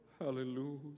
Hallelujah